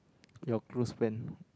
your close friend